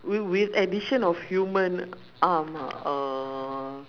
wi~ with addition of human arm uh